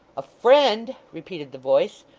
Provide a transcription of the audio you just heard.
a friend repeated the voice.